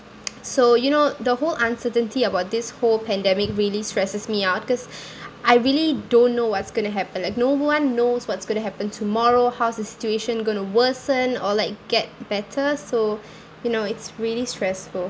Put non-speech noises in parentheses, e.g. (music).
(noise) so you know the whole uncertainty about this whole pandemic really stresses me out cause (breath) I really don't know what's going to happen like no one knows what's going to happen tomorrow how's the situation going to worsen or like get better so you know it's really stressful